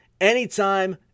anytime